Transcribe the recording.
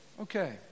okay